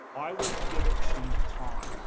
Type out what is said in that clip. i would give it some time.